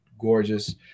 gorgeous